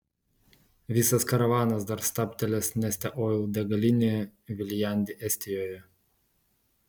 visas karavanas dar stabtelės neste oil degalinėje viljandi estijoje